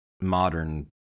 modern